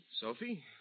Sophie